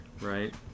Right